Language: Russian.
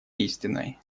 действенной